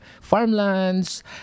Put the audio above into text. farmlands